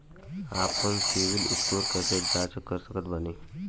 आपन सीबील स्कोर कैसे जांच सकत बानी?